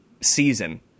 season